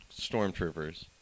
stormtroopers